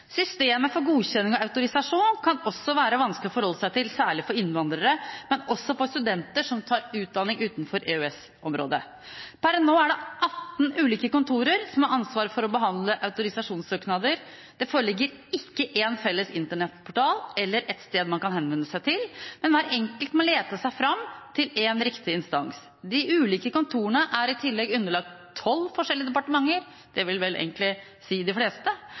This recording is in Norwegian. autorisasjon kan også være vanskelig å forholde seg til, særlig for innvandrere, men også for studenter som tar utdanning utenfor EØS-området. Per nå er det 18 ulike kontorer som har ansvar for å behandle autorisasjonssøknader. Det foreligger ikke en felles internettportal eller et sted man kan henvende seg til, men hver enkelt må lete seg fram til riktig instans. De ulike kontorene er i tillegg underlagt 12 forskjellige departementer, noe som kan skape store koordineringsutfordringer. Det